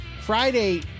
Friday